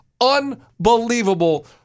unbelievable